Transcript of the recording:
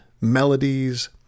melodies